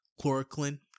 chloroquine